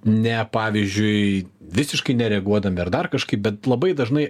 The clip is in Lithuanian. ne pavyzdžiui visiškai nereaguodami ar dar kažkaip bet labai dažnai